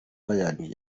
bayern